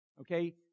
Okay